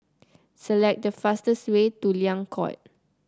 select the fastest way to Liang Court